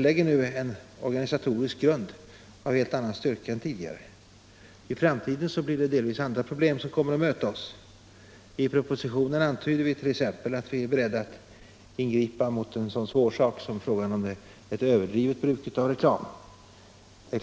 lägger nu en organisatorisk grund av helt annan styrka än den vi hade tidigare. I framtiden blir det delvis andra problem som kommer att möta oss. I propositionen antyder vi t.ex. att vi är beredda att ingripa mot en så svårbedömbar företeelse som överdrivet bruk av reklam.